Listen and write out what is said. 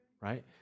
Right